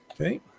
Okay